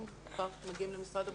אם כבר מגיעים למשרד הבריאות?